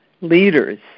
leaders